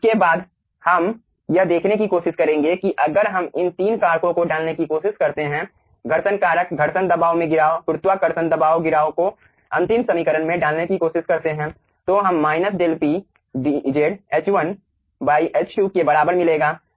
इसके बाद हम यह देखने की कोशिश करेंगे कि अगर हम इन 3 कारकों को डालने की कोशिश करते हैं घर्षण कारक घर्षण दबाव मे गिराव गुरुत्वाकर्षण दबाव गिराव को अंतिम समीकरण में डालने की कोशिश करते हैं तो हम minus del P dZ H1 H2 के बराबर मिलेगा